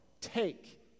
take